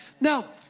Now